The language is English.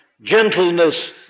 gentleness